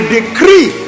decree